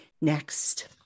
next